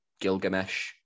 Gilgamesh